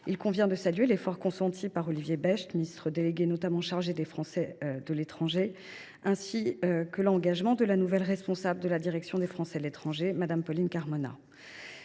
Il convient de saluer l’effort consenti par Olivier Becht, ministre notamment chargé des Français de l’étranger, ainsi que l’engagement de la nouvelle responsable de la direction des Français à l’étranger, Mme Pauline Carmona.